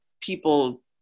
people